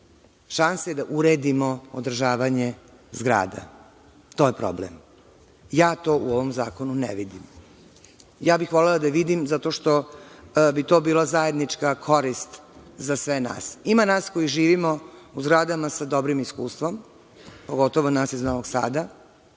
šanse da uradimo održavanje zgrada. To je problem. Ja to u ovom zakonu ne vidim. Volela bih da vidim zato što bi to bila zajednička korist za sve nas. Ima nas koji živimo u zgradama sa dobrim iskustvom, pogotovo nas iz Novog Sada